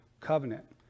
covenant